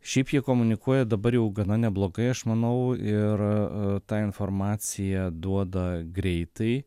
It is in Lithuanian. šiaip jie komunikuoja dabar jau gana neblogai aš manau ir tą informaciją duoda greitai